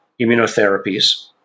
immunotherapies